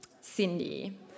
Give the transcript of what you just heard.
Cindy